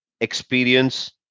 experience